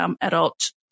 adult